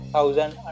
Thousand